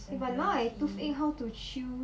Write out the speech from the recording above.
eh but now I toothache how to chew